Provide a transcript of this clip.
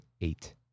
eight